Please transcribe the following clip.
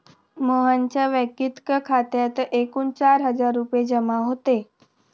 मोहनच्या वैयक्तिक खात्यात एकूण चार हजार रुपये जमा होते